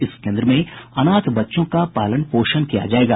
इस केन्द्र में अनाथ बच्चों का पालन पोषण किया जायेगा